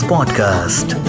Podcast